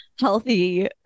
healthy